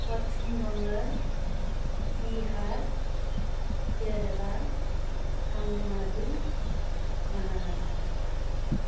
Paschim Bangal Bihar Kerala Tamil Nadu Maharashtra